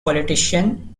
politician